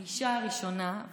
האישה הראשונה.